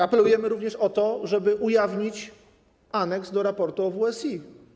Apelujemy również o to, żeby ujawnić aneks do raportu o WSI.